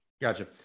Gotcha